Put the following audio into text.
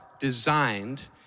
designed